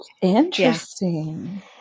Interesting